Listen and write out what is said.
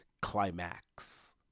climax